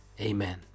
amen